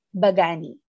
bagani